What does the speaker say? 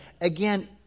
Again